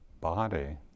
body